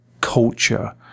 culture